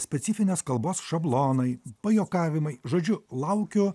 specifinės kalbos šablonai pajuokavimai žodžiu laukiu